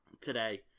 today